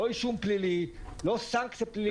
לא אישום פלילי, לא סנקציה פלילית.